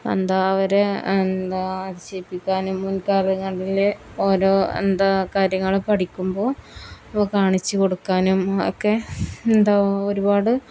എന്താ അവരെ എന്താ ജയിപ്പിക്കാനും മുൻകാലങ്ങളിൽ ഓരോ എന്താ കാര്യങ്ങൾ പഠിക്കുമ്പോൾ കാണിച്ചു കൊടുക്കാനും ഒക്കെ എന്താ ഒരുപാട്